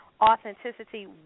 authenticity